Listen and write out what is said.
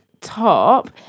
top